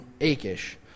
Achish